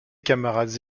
camarades